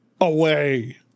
away